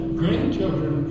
grandchildren